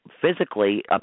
physically